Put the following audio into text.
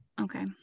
Okay